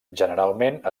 generalment